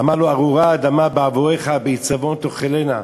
אמר לו: "ארורה האדמה בעבורך בעצבון תאכלנה".